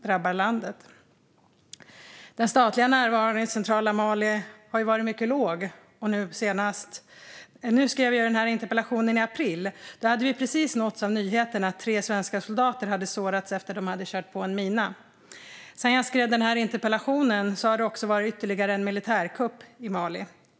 Den statliga närvaron i centrala Mali är mycket låg. När jag skrev den här interpellationen i april hade vi precis nåtts av nyheten att tre svenska soldater hade sårats efter att de kört på en mina. Sedan dess har det varit ytterligare en militärkupp i Mali.